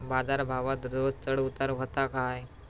बाजार भावात रोज चढउतार व्हता काय?